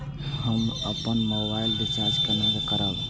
हम अपन mobile recharge केना करब?